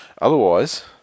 Otherwise